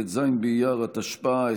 ט"ז באייר התשפ"א,